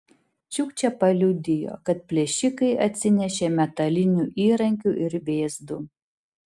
čiukčė paliudijo kad plėšikai atsinešė metalinių įrankių ir vėzdų